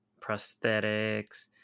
prosthetics